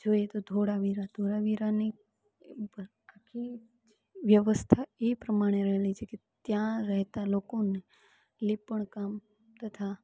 જોઈએ તો ધોળાવીરા ધોળાવીરાની આખી વ્યવસ્થા એ પ્રમાણે રહેલી છે કે ત્યાં રહેતા લોકોને લીંપણ કામ તથા